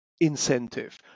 incentive